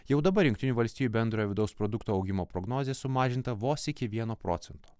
jau dabar jungtinių valstijų bendrojo vidaus produkto augimo prognozė sumažinta vos iki vieno procento